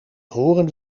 horen